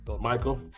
Michael